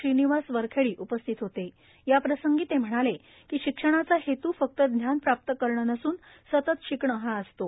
श्रिनिवास वरखडी उपस्थित होत याप्रसंगी त म्हणाल की शिक्षणाचा हम् फक्त ज्ञान प्राप्त करण नसून सतत शिकण हा असतो